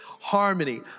harmony